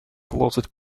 closed